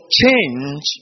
change